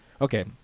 Okay